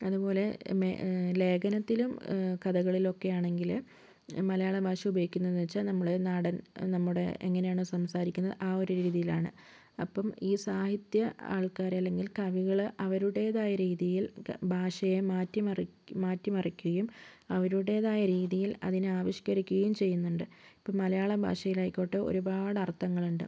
അതുപോലെ മേ ലേഖനത്തിലും കഥകളിലൊക്കെ ആണെങ്കില് മലയാള ഭാഷ ഉപയോഗിക്കുന്നത് എന്ന് വച്ചാൽ നമ്മള് നാടൻ നമ്മുടെ എങ്ങനെയാണോ സംസാരിക്കുന്നത് ആ ഒരു രീതിയിലാണ് അപ്പം ഈ സാഹിത്യ ആൾക്കാര് അല്ലങ്കിൽ കവികള് അവരുടേതായ രീതിയിൽ ഭാഷയെ മാറ്റി മറി മാറ്റി മറിക്കുകയും അവരുടേതായ രീതിയിൽ അതിനെ ആവിഷ്കരിക്കുകയും ചെയ്യുന്നുണ്ട് ഇപ്പം മലയാള ഭാഷയിലായിക്കോട്ടെ ഒരുപാട് അർഥങ്ങളുണ്ട്